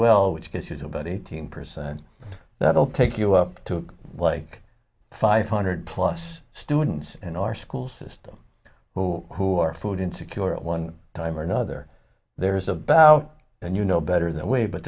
well which case is about eighteen percent that'll take you up to like five hundred plus students in our school system who are food insecure at one time or another there's about and you know better that way but